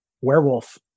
werewolf